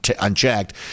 unchecked